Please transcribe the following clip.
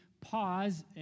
pause